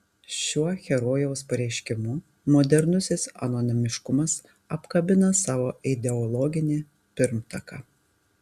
šiuo herojaus pareiškimu modernusis anonimiškumas apkabina savo ideologinį pirmtaką